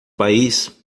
país